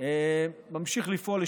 השישים-ואחת של